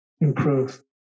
improve